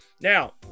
Now